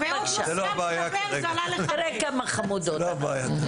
תראה כמה חמודות אנחנו.